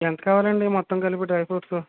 ఎంత కావాలండి మొత్తం కలిపి డ్రై ఫ్రూట్సు